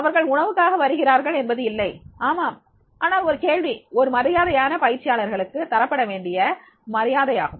அவர்கள் உணவுக்காக வருகிறார்கள் என்பது இல்லை ஆமாம் ஆனால் ஒரு கேள்வி ஒரு மரியாதையான பயிற்சியாளர்களுக்கு தரப்பட வேண்டிய மரியாதையாகும்